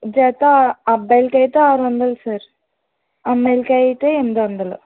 జత అబ్బాయిలకు అయితే ఆరు వందలు సార్ అమ్మాయిలకు అయితే ఎనిమిది వందలు